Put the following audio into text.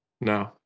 No